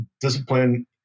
discipline